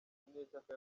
munyeshyaka